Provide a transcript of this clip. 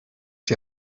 die